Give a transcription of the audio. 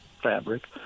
fabric